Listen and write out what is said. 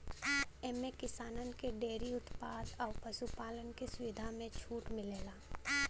एम्मे किसानन के डेअरी उत्पाद अउर पशु पालन के सुविधा पे छूट मिलेला